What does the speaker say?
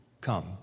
come